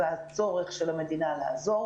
ועל הצורך של המדינה לעזור.